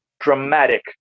dramatic